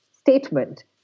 statement